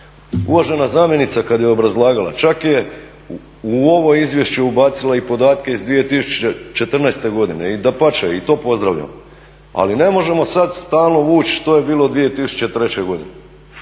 Uvažena zamjenica kada je obrazlagala čak je u ovo izvješće ubacila i podatke iz 2014. godine i dapače, i to pozdravljam, ali ne možemo sada stalno vući što je bilo 2003. godine.